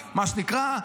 מה שנקרא,